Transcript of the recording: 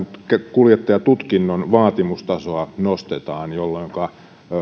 kuljettajatutkinnon vaatimustasoa nostetaan jolloinka